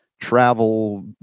travel